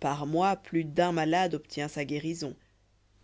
par moi plus d'un malade obtient sa guérison